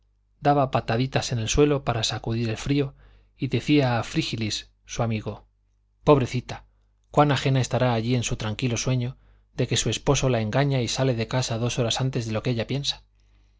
daba pataditas en el suelo para sacudir el frío y decía a frígilis su amigo pobrecita cuán ajena estará allá en su tranquilo sueño de que su esposo la engaña y sale de casa dos horas antes de lo que ella piensa